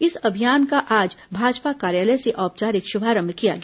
इस अभियान का आज भाजपा कार्यालय से औपचारिक शुभारंभ किया गया